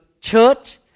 church